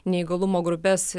neįgalumo grupes